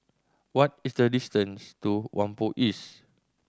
what is the distance to Whampoa East